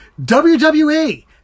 WWE